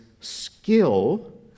skill